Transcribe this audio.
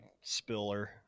Spiller